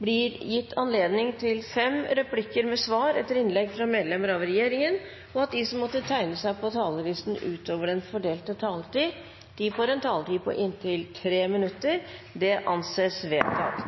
det blir gitt anledning til fem replikker med svar etter innlegg fra medlemmer av regjeringen innenfor den fordelte taletid, og at de som måtte tegne seg på talerlisten utover den fordelte taletid, får en taletid på inntil 3 minutter. – Det anses vedtatt.